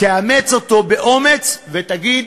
תאמץ אותו באומץ ותגיד: